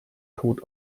tod